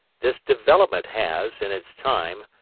this development has, in its time,